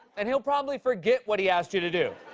and he'll probably forget what he asked you to do.